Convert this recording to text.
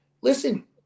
Listen